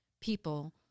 people